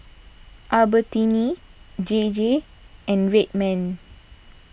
Albertini J J and Red Man